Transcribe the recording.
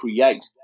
create